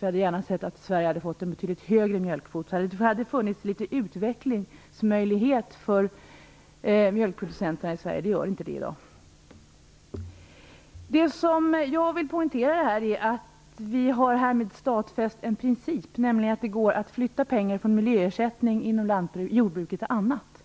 Vi hade gärna sett att Sverige hade fått en betydligt högre mjölkkvot. Då hade det funnits en litet grand utvecklingsmöjlighet för mjölkproducenterna i Sverige, och det gör det inte i dag. Det jag vill poängtera är att vi härmed har stadfäst en princip, nämligen att det går att flytta pengar för miljöersättning inom jordbruket till annat.